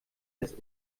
des